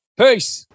Peace